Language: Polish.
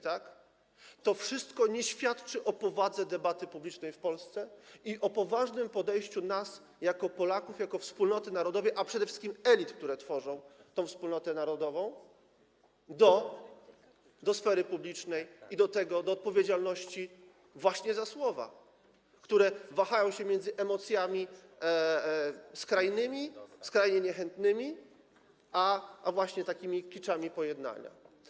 To wszystko nie świadczy o powadze debaty publicznej w Polsce i o poważnym podejściu nas jako Polaków, jako wspólnoty narodowej, a przede wszystkim elit, które tworzą tę wspólnotę narodową, do sfery publicznej i do odpowiedzialności właśnie za słowa, które powodują, że wahamy się między emocjami skrajnymi, skrajnie niechętnymi a właśnie takimi kiczami pojednania.